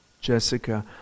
Jessica